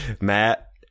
Matt